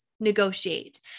negotiate